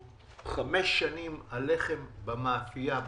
חמש שנים הלחם במאפייה,